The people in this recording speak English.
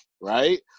right